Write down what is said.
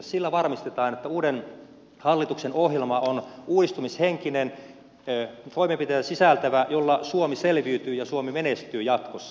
sillä varmistetaan että uuden hallituksen ohjelma on uudistumishenkinen toimenpiteitä sisältävä sellainen jolla suomi selviytyy ja suomi menestyy jatkossa